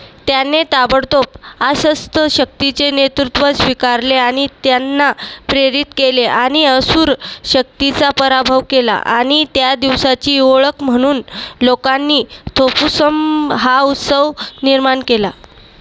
त्याने ताबडतोब आशस्थ शक्तीचे नेतृत्व स्वीकारले आणि त्यांना प्रेरित केले आणि असुर शक्तीचा पराभव केला आणि त्या दिवसाची ओळख म्हणून लोकांनी थोपुसम हा उत्सव निर्माण केला